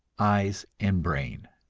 eyes and brain.